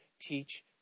teach